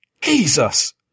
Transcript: Jesus